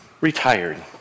retired